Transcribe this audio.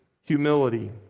humility